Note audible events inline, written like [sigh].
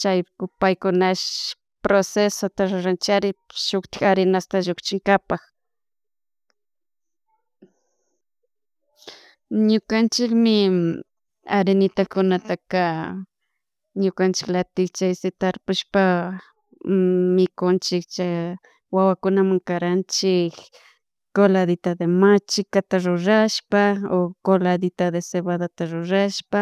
chaypuk paykunash procesota ruranchari shuktik harinasta llukchinkapak, ñukanchikmi harinitakunataka ñukanchiklatik chaysi tarpushpa mikunchik [hesitation] wawakunamun karanchik coladita de machica rurashpa o coladita de cebadata rurashpa.